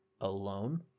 Alone